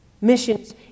Missions